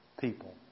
people